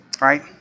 right